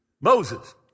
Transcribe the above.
Moses